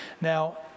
now